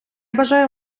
бажаю